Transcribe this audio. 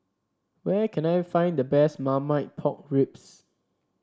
where can I find the best Marmite Pork Ribs